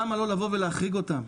למה לא לבוא ולהחריג אותם?